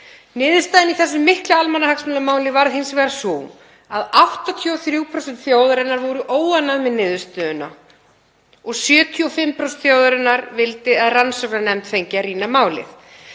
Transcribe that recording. Niðurstaðan í þessum mikla almannahagsmunamáli varð hins vegar sú að 83% þjóðarinnar voru óánægð með niðurstöðuna. 75% þjóðarinnar vildu að rannsóknarnefnd fengi að rýna málið.